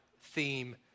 theme